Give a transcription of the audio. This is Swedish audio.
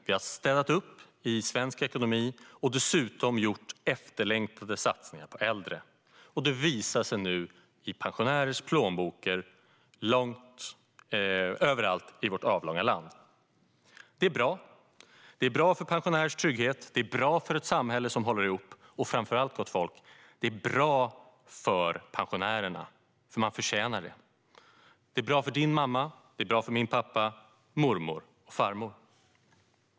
Vi har städat upp i svensk ekonomi och dessutom gjort efterlängtade satsningar på äldre. Detta visar sig nu i pensionärers plånböcker överallt i vårt avlånga land. Det är bra. Det är bra för pensionärers trygghet. Det är bra för ett samhälle som håller ihop. Framför allt, gott folk, är det bra för pensionärerna, och de förtjänar det. Det är bra för din mamma, och det är bra för min pappa, mormor och farmor.